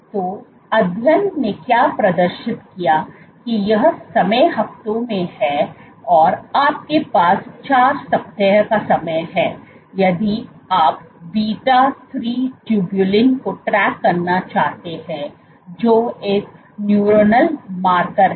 तो अध्ययन ने क्या प्रदर्शन किया कि यह समय हफ्तों में है और आपके पास 4 सप्ताह का समय है यदि आप बीटा 3 ट्यूबलिन को ट्रैक करना चाहते हैं जो एक न्यूरोनल मार्कर है